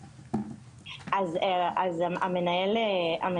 ודאי שזה כלי שמשתמשים בו.